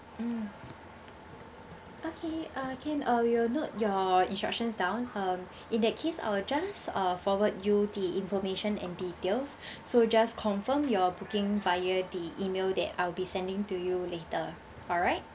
mm okay uh can uh we will note your instructions down um in that case I will just uh forward you the information and details so just confirm your booking via the email that I'll be sending to you later alright